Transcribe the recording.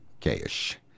cash